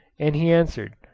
and he answered,